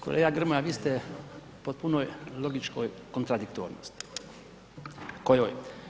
Kolega Grmoja, vi ste u potpunoj logičkoj kontradiktornosti, kojoj?